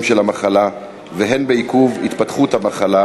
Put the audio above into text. של המחלה והן בעיכוב התפתחות המחלה,